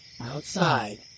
Outside